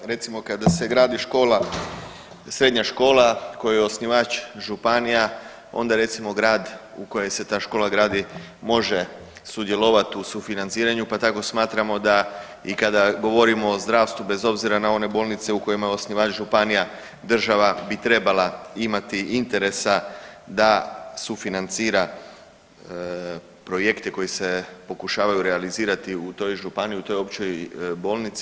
Da, recimo kada se gradi škola, srednja škola kojoj je osnivač županija onda recimo grad u kojem se ta škola gradi može sudjelovati u sufinanciranju, pa tako smatramo da i kada govorimo o zdravstvu bez obzira na one bolnice u kojima je osnivač županija, država bi trebala imati interesa da sufinancira projekte koji se pokušavaju realizirati u toj županiji, u toj općoj bolnici.